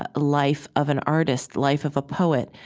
ah life of an artist, life of a poet,